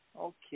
Okay